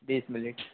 बीस मिनट